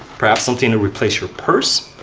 perhaps something to replace your purse.